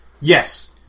Yes